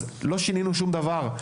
לא שינינו שום דבר.